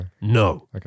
No